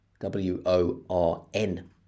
W-O-R-N